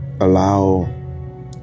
Allow